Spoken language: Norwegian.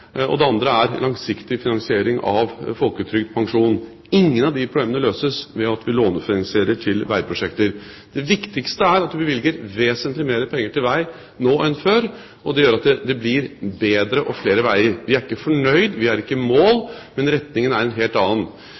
og det andre er langsiktig finansiering av folketrygd/pensjon. Ingen av de problemene løses ved at vi lånefinansierer til veiprosjekter. Det viktigste er at vi bevilger vesentlig mer penger til vei nå enn før, og det gjør at det blir bedre og flere veier. Vi er ikke fornøyd, vi er ikke i mål, men retningen er en helt annen.